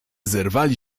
zerwali